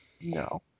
No